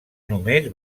només